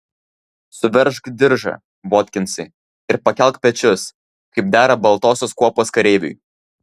suveržk diržą votkinsai ir pakelk pečius kaip dera baltosios kuopos kareiviui